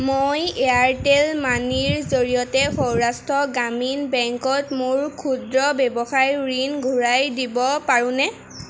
মই এয়াৰটেল মানিৰ জৰিয়তে সৌৰাষ্ট্ৰ গ্ৰামীণ বেংকত মোৰ ক্ষুদ্ৰ ৱ্যৱসায়ৰ ঋণ ঘূৰাই দিব পাৰোনে